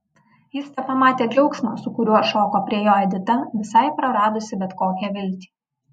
jis tepamatė džiaugsmą su kuriuo šoko prie jo edita visai praradusi bet kokią viltį